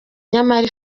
nyamara